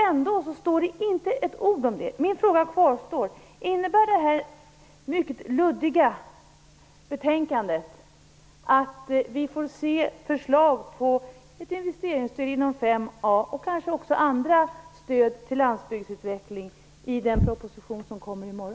Ändå finns här inte ett enda ord om det. Min fråga kvarstår: Innebär det här mycket luddiga betänkandet att vi i den proposition som kommer i morgon får se förslag på ett investeringsstöd inom mål 5a och kanske också andra stöd till landsbygdsutveckling?